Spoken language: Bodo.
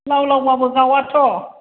लाव लावब्लाबो गावाथ'